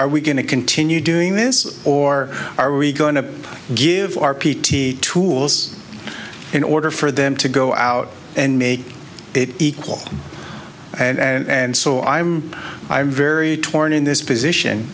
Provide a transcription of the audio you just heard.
are we going to continue doing this or are we going to give our p t tools in order for them to go out and make it equal and so i'm i'm very torn in this position